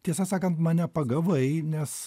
tiesą sakant mane pagavai nes